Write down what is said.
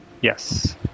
Yes